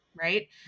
right